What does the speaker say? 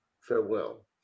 farewell